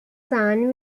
son